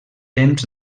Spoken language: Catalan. temps